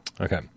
Okay